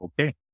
Okay